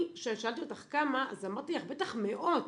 כששאלתי אותך כמה, אז אמרתי לך, בטח מאות,